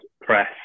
press